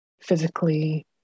physically